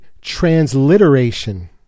transliteration